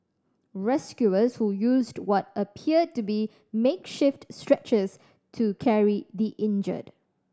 rescuers who used what appeared to be makeshift stretchers to carry the injured